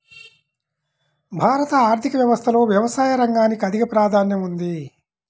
భారత ఆర్థిక వ్యవస్థలో వ్యవసాయ రంగానికి అధిక ప్రాధాన్యం ఉంది